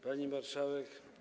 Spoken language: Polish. Pani Marszałek!